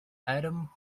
adam